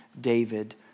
David